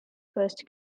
first